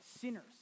sinners